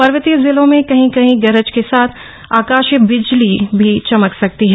पर्वतीय जिलों में कहीं कहीं गरज के साथ आकाशीय बिजली भी चमक सकती है